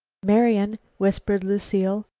marian, whispered lucile,